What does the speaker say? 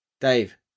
Dave